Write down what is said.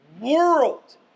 world